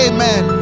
Amen